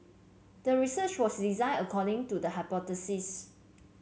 the research was design according to the hypothesis